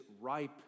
ripe